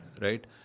right